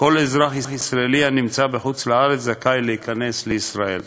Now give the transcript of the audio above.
כל אזרח ישראלי הנמצא בחוץ-לארץ זכאי להיכנס לישראל.